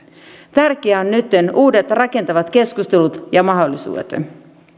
tärkeää on nytten uudet rakentavat keskustelut ja mahdollisuudet